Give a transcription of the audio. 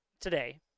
today